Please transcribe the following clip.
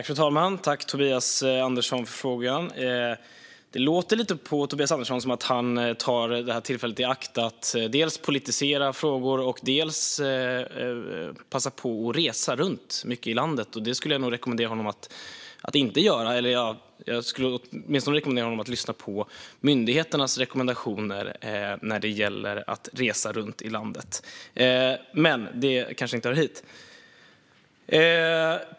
Fru talman! Tack, Tobias Andersson, för frågan! Det låter lite på Tobias Andersson som att han tar tillfället i akt att dels politisera frågor, dels resa runt mycket i landet. Det skulle jag nog rekommendera honom att inte göra; jag skulle åtminstone rekommendera honom att lyssna på myndigheternas rekommendationer när det gäller att resa runt i landet. Men det kanske inte hör hit.